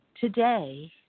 Today